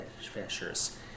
fishers